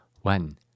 One